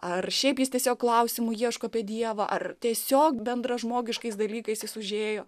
ar šiaip jis tiesiog klausimų ieško apie dievą ar tiesiog bendražmogiškais dalykais jis užėjo